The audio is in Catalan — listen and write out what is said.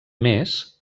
més